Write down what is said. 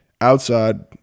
Outside